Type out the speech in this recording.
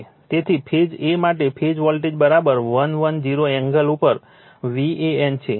તેથી phase a માટે phase voltage 110 angle ઉપર VAN છે આ આપેલ છે